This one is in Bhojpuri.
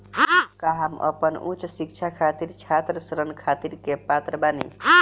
का हम अपन उच्च शिक्षा खातिर छात्र ऋण खातिर के पात्र बानी?